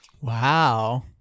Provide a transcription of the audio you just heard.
Wow